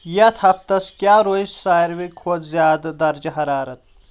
یتھ ہفتس کیاہ روزِ ساروے کھۄتہٕ زیادٕ درجہٕ حرارت